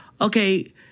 okay